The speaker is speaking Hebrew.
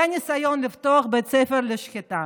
היה ניסיון לפתוח בית ספר לשחיטה.